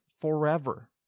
forever